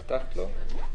תודה.